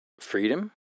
freedom